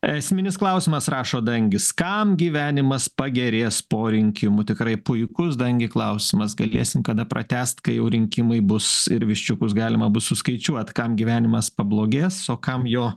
esminis klausimas rašo dangis kam gyvenimas pagerės po rinkimų tikrai puikus dangi klausimas galėsim kada pratęst kai jau rinkimai bus ir viščiukus galima bus suskaičiuot kam gyvenimas pablogės o kam jo